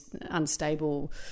unstable